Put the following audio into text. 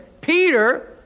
Peter